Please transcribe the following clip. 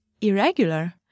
irregular